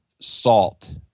salt